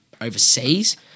overseas